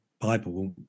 Bible